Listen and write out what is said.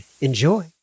Enjoy